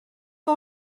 que